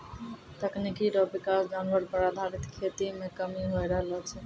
तकनीकी रो विकास जानवर पर आधारित खेती मे कमी होय रहलो छै